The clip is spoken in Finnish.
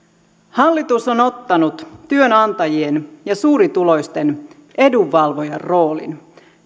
hallitus on ottanut työnantajien ja suurituloisten edunvalvojan roolin